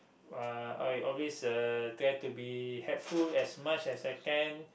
uh I always uh try to be helpful as much as I can